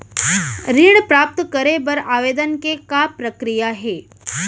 ऋण प्राप्त करे बर आवेदन के का प्रक्रिया हे?